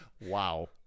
Wow